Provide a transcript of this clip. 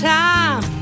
time